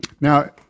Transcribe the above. Now